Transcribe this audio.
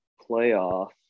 playoff